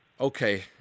Okay